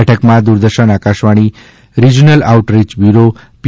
બેઠકમાં Doordarshan Akashvani regional outreach bureau પી